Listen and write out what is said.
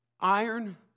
Iron